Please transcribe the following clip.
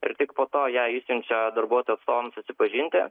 ir tik po to ją išsiunčia darbuotojų atstovams susipažinti